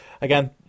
again